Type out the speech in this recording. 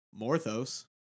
Morthos